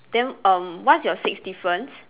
then um what's your six difference